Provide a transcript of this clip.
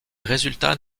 résultats